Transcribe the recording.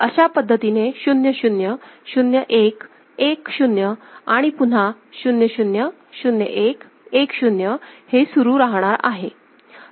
तर अशा पद्धतीने 0 0 0 1 1 0आणि पुन्हा 0 0 0 1 1 0 हे सुरू राहणार आहे